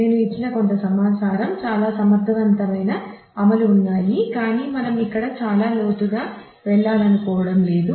నేను ఇచ్చిన కొంత సమాచారం చాలా సమర్థవంతమైన అమలు ఉన్నాయి కాని మనం ఇక్కడ చాలా లోతుగా వెళ్లాలనుకోవడం లేదు